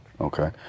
Okay